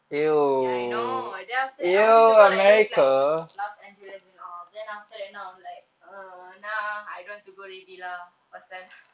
ya I know then after that I wanted to go like those like los angeles and all then after that I'm like uh now I don't want to go already lah